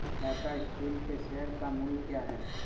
Tata steel के share का मूल्य क्या है?